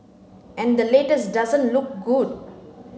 and the latest doesn't look good